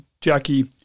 Jackie